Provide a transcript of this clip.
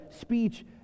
speech